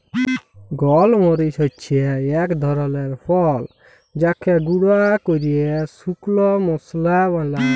গল মরিচ হচ্যে এক ধরলের ফল যাকে গুঁরা ক্যরে শুকল মশলা বালায়